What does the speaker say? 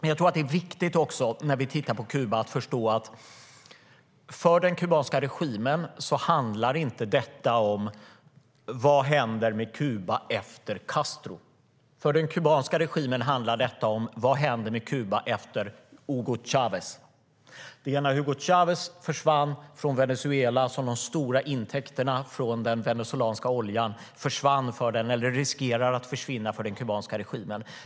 När vi tittar på Kuba är det viktigt att förstå att för den kubanska regimen handlar inte detta om vad som händer med Kuba efter Castro. För den kubanska regimen handlar detta om vad som händer med Kuba efter Hugo Chávez. Det var när Hugo Chávez försvann från Venezuela som de stora intäkterna från den venezuelanska oljan riskerade att försvinna för den kubanska regimen.